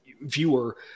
viewer